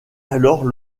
alors